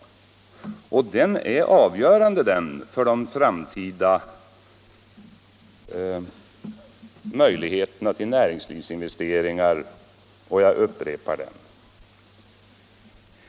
Eftersom den är avgörande för de framtida möjligheterna till näringslivsinvesteringar upprepar jag den.